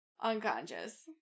unconscious